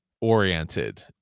oriented